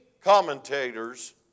commentators